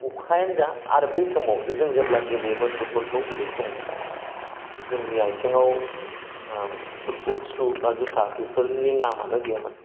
अखायानो जा आरो बै समाव जेब्ला जों गेलेयोमोन फुटबल खौ उन्दै समाव जोंनि आथिंआव फुटबल शु बा ज'था बेफोरनि नामानो गैयामोन